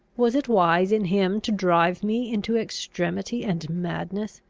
was it wise in him to drive me into extremity and madness?